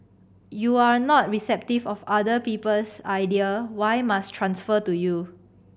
you are not receptive of other people's idea why must transfer to you